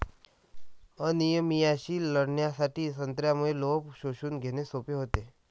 अनिमियाशी लढण्यासाठी संत्र्यामुळे लोह शोषून घेणे सोपे होते